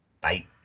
bye